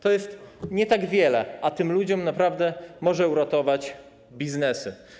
To nie tak wiele, a tym ludziom naprawdę może uratować biznesy.